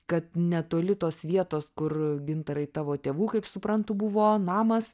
kad netoli tos vietos kur gintarai tavo tėvų kaip suprantu buvo namas